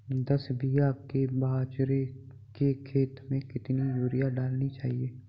दस बीघा के बाजरे के खेत में कितनी यूरिया डालनी चाहिए?